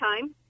time